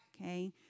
okay